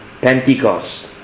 Pentecost